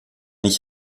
ich